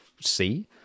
see